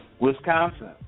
Wisconsin